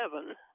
seven